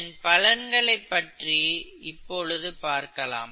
இதன் பலன்களை பற்றி இப்பொழுது பார்க்கலாம்